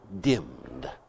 dimmed